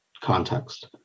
context